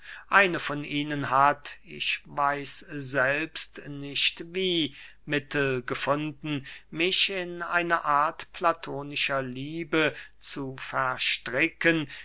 eine von ihnen hat ich weiß selbst nicht wie mittel gefunden mich in eine art platonischer liebe zu verstricken